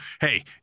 hey